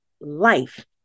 life